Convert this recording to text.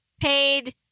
paid